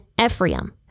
Ephraim